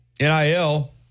NIL